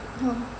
!huh!